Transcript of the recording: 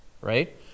right